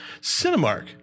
Cinemark